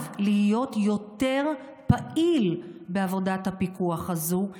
להיות יותר פעיל בעבודת הפיקוח הזאת,